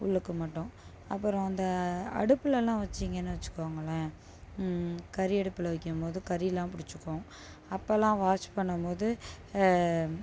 உள்ளுக்கு மட்டும் அப்புறம் அந்த அடுப்பிலலாம் வச்சீங்கன்னு வச்சிக்கோங்களேன் கரி அடுப்பில் வைக்கிம்போது கரிலாம் பிடிச்சிக்கும் அப்போல்லாம் வாஷ் பண்ணும்போது